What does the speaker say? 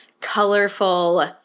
colorful